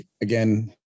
again